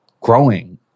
growing